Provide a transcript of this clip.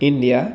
India